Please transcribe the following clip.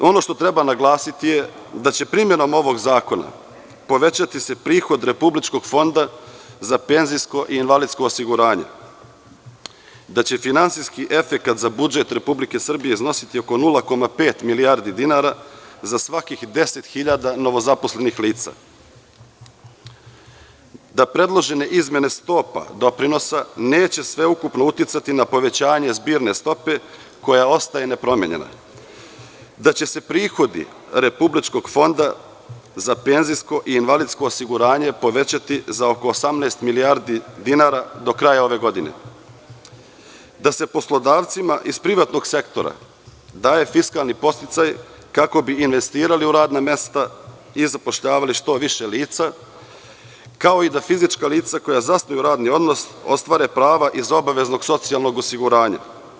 Ono što treba naglasiti je da će se primenom ovog zakona povećati prihod Republičkog fonda za penzijsko i invalidsko osiguranje, da će finansijski efekat za budžet Republike Srbije iznositi oko 0,5 milijardi dinara za svakih 10.000 novozaposlenih lica, da predložene izmene stopa doprinosa neće sveukupno uticati na povećanje zbirne stope koja ostaje nepromenjena, da će se prihodi Republičkog fonda za penzijsko i invalidsko osiguranje povećati za oko 18 milijardi dinara do kraja ove godine, da se poslodavcima iz privatnog sektora daje fiskalni podsticaj kako bi investirali u radna mesta i zapošljavali što više lica, kao i da fizička lica koja zasnuju radni odnos ostvare prava iz obaveznog socijalnog osiguranja.